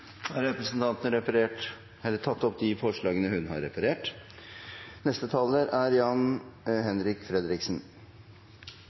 Da har representanten Olaug V. Bollestad tatt opp de forslag hun har referert